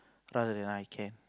rather I can